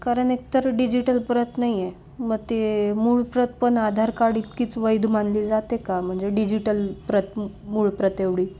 कारन एकतर डिजिटल प्रत नाहीये मग ते मूळ प्रत पण आधार कार्ड इतकीच वैध मानली जाते का म्हणजे डिजिटल प्रत मूळ प्रत एवढी